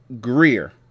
Greer